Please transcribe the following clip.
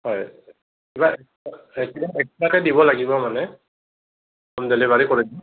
হয় কিবা এক্সট্ৰাকৈ দিব লাগিব মানে হোম ডেলিভাৰী কৰি দিম